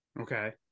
okay